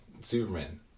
Superman